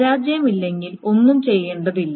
പരാജയമില്ലെങ്കിൽ ഒന്നും ചെയ്യേണ്ടതില്ല